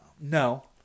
no